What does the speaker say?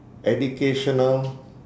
educational